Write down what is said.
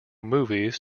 movies